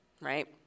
right